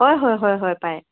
হয় হয় হয় হয় পাই